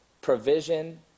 provision